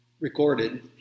recorded